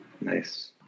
Nice